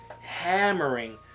hammering